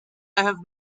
have